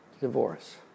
divorce